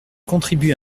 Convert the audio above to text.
contribue